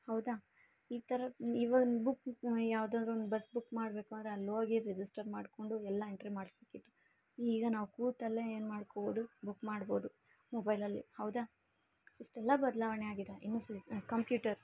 ಹೌದಾ ಈ ಥರ ಇವನ್ ಬುಕ್ ಯಾವ್ದಾರೊಂದು ಬಸ್ ಬುಕ್ ಮಾಡಬೇಕು ಅಂದರೆ ಅಲ್ಲಿ ಹೋಗಿ ರಿಜಿಸ್ಟರ್ ಮಾಡಿಕೊಂಡು ಎಲ್ಲ ಎಂಟ್ರಿ ಮಾಡಿಸ್ಬೇಕಿತ್ತು ಈಗ ನಾವು ಕೂತಲ್ಲೇ ಏನು ಮಾಡಿಕೋಬೋದು ಬುಕ್ ಮಾಡ್ಬೋದು ಮೊಬೈಲಲ್ಲಿ ಹೌದಾ ಇಷ್ಟೆಲ್ಲಾ ಬದಲಾವಣೆ ಆಗಿದೆ ಇನ್ನು ಸಿಸ್ ಕಂಪ್ಯೂಟರ್